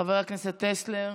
חבר הכנסת טסלר,